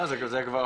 אבל אנחנו